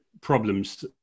problems